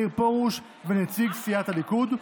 מאיר פרוש ונציג סיעת הליכוד,